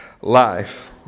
life